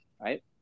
right